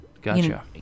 Gotcha